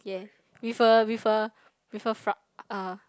yeah with a with a with a fr~ uh